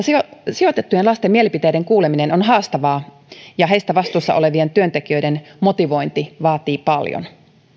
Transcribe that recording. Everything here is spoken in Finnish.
sijoitettujen lasten mielipiteiden kuuleminen on haastavaa ja heistä vastuussa olevien työntekijöiden motivointi vaatii paljon